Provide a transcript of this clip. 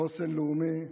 חוסן לאומי,